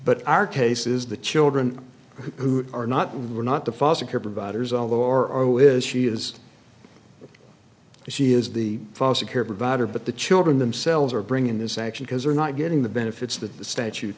but our cases the children who are not real not the foster care providers although r o is she is she is the foster care provider but the children themselves are bringing this action because they're not getting the benefits that the statute